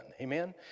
Amen